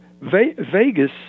Vegas